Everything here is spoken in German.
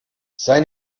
sei